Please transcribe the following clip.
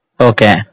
Okay